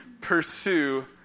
pursue